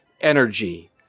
energy